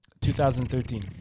2013